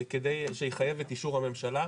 כדי שיחייב את אישור הממשלה.